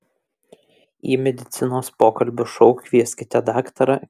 į medicinos pokalbių šou kvieskite daktarą